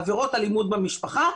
עבירות אלימות במשפחה.